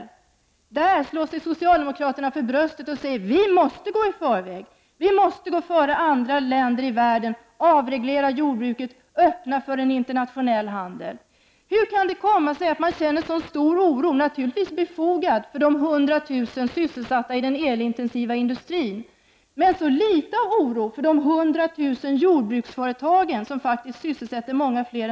I det sammanhanget slår sig socialdemokraterna för bröstet och säger att vi måste gå före alla andra länder i världen, avreglera jordbruket, öppna för en internationell handel. Hur kan det komma sig att man känner så stor oro — naturligtvis befogad — för de 1000 000 som är sysselsatta i den elintensiva industrin, men så litet av oro för de 1000 000 jordbruksföretagen, som faktiskt sysselsätter många fler?